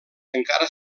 encara